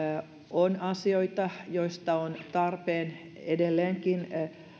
on asioita joista on tarpeen edelleenkin